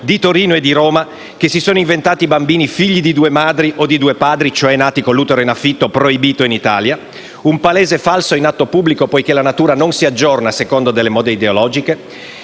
di Torino e Roma - che si sono inventati bambini figli di due madri o due padri, cioè nati con l'utero in affitto, proibito in Italia? Si tratta di un palese falso in atto pubblico, poiché la natura non si aggiorna secondo delle mode ideologiche.